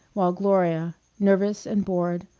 while gloria, nervous and bored,